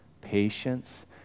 patience